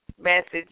Message